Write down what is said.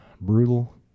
brutal